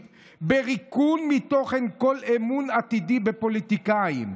בריקון מתוכן כל אמון עתידי בפוליטיקאים.